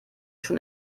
schon